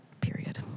period